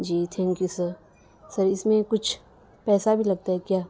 G thank you sir sir اس میں کچھ پیسہ بھی لگتا ہے کیا